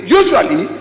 usually